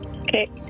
Okay